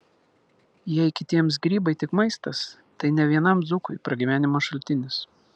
jei kitiems grybai tik maistas tai ne vienam dzūkui pragyvenimo šaltinis